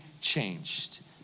changed